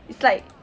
it's like